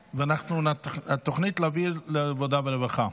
והתוכנית, להעביר לעבודה ורווחה.